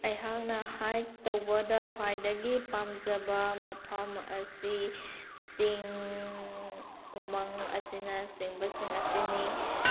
ꯑꯩꯍꯥꯛꯅ ꯍꯥꯏꯛ ꯇꯧꯕꯗ ꯈ꯭ꯋꯥꯏꯗꯒꯤ ꯄꯥꯝꯖꯕ ꯃꯐꯝ ꯑꯁꯤ ꯆꯤꯡ ꯎꯃꯪ ꯑꯁꯤꯅ ꯆꯤꯡꯕ ꯁꯤꯡ ꯑꯁꯤꯅꯤ